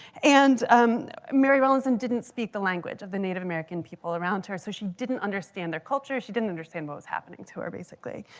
and mary rowlandson didn't speak the language of the native american people around her, so she didn't understand their culture. she didn't understand what was happening to her basically.